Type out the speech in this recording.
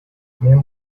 менин